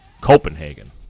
Copenhagen